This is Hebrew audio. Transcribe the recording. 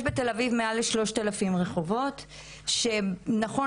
יש בתל-אביב מעל ל- 3,000 רחובות שנכון